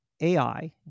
AI